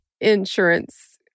insurance